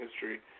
history